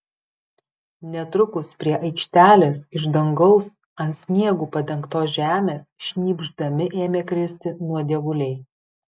netrukus prie aikštelės iš dangaus ant sniegu padengtos žemės šnypšdami ėmė kristi nuodėguliai